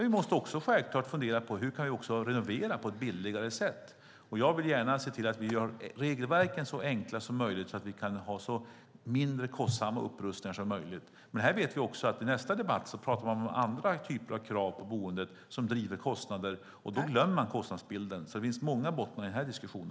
Vi måste självklart också fundera på hur vi kan renovera på ett billigare sätt. Jag vill gärna se till att vi gör regelverken så enkla som möjligt så att de flesta upprustningarna blir mindre kostsamma. Men vi vet också att man i en annan debatt pratar om andra typer av krav på boendet som driver upp kostnaderna, och då glömmer man kostnadsbilden. Det finns många bottnar i denna diskussion.